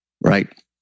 Right